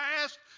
past